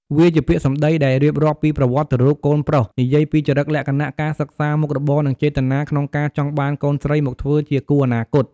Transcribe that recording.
វាជាពាក្យសម្ដីដែលរៀបរាប់ពី ប្រវត្តិរូបកូនប្រុស និយាយពី ចរិតលក្ខណៈ ការសិក្សា មុខរបរ និង ចេតនា ក្នុងការចង់បានកូនស្រីមកធ្វើជាគូអនាគត។